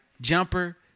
jumper